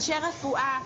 אנשי רפואה,